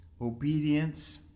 Obedience